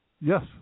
Yes